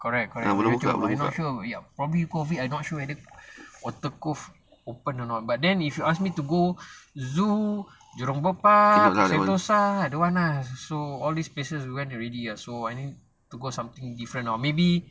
correct correct but I not sure probably COVID I not sure whether water cove open or not but then if you ask me to go zoo jurong bird park sentosa I don't want lah so all these places went already ah so I need to go something different ah maybe